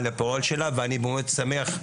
ואני מאוד שמח.